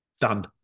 Done